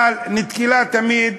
אבל נתקלה תמיד,